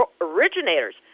originators